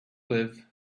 live